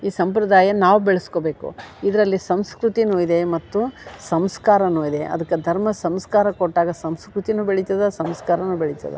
ಈ ಸಂಪ್ರದಾಯ ನಾವು ಬೆಳ್ಸ್ಕೊಬೇಕು ಇದರಲ್ಲಿ ಸಂಸ್ಕೃತಿನೂ ಇದೆ ಮತ್ತು ಸಂಸ್ಕಾರನೂ ಇದೆ ಅದಕ್ಕೆ ಧರ್ಮ ಸಂಸ್ಕಾರಕ್ಕೆ ಕೊಟ್ಟಾಗ ಸಂಸ್ಕೃತಿನೂ ಬೆಳಿತದೆ ಸಂಸ್ಕಾರನು ಬೆಳಿತದೆ